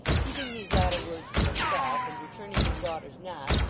keeping these latter words to himself, and returning his daughter's nod,